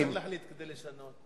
בשביל מה להחליט כדי לשנות?